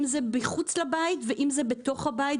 אם זה מחוץ לבית ואם זה בתוך הבית.